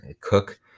Cook